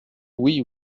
oui